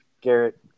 Garrett